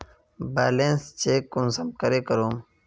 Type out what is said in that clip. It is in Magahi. बैलेंस चेक कुंसम करे करूम?